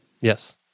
yes